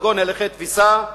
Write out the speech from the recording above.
כגון הליכי תפיסה,